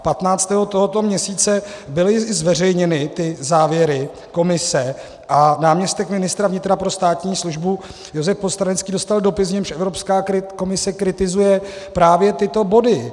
Patnáctého tohoto měsíce byly i zveřejněny závěry Komise a náměstek ministra vnitra pro státní službu Josef Postránecký dostal dopis, v němž Evropská komise kritizuje právě tyto body.